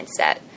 mindset